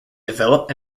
develop